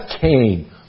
Cain